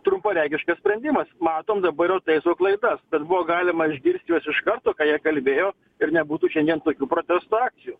trumparegiškas sprendimas matom dabar jau taiso klaidas bet buvo galima išgirsti juos iš karto ką jie kalbėjo ir nebūtų šiandien tokių protesto akcijų